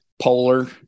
polar